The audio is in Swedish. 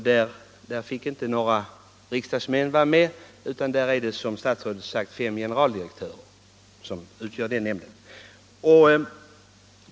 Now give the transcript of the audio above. Där fick inte parlamentariker vara med, utan nämnden utgörs, som statsrådet sade, av fem generaldirektörer.